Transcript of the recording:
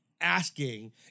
asking